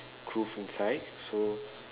inside so